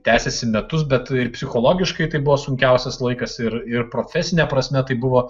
tęsėsi metus bet ir psichologiškai tai buvo sunkiausias laikas ir ir profesine prasme tai buvo